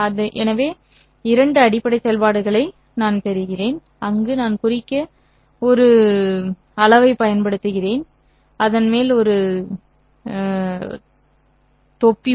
எனவே 2 அடிப்படை செயல்பாடுகளை நான் பெறுகிறேன் அங்கு நான் குறிக்க ஒரு கேரட்டைப் பயன்படுத்துகிறேன் அதன் மேல் ஒரு தொப்பி உள்ளது